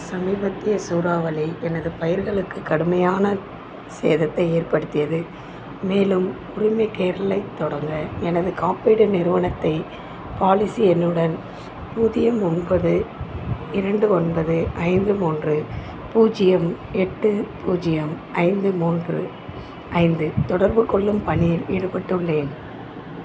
சமீபத்திய சூறாவளி எனது பயிர்களுக்கு கடுமையான சேதத்தை ஏற்படுத்தியது மேலும் உரிமைக்கோரலை தொடங்க எனது காப்பீடு நிறுவனத்தை பாலிசி எண்ணுடன் பூஜ்யம் ஒன்பது இரண்டு ஒன்பது ஐந்து மூன்று பூஜ்ஜியம் எட்டு பூஜ்ஜியம் ஐந்து மூன்று ஐந்து தொடர்புக்கொள்ளும் பணியில் ஈடுபட்டுள்ளேன்